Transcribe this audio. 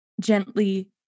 gently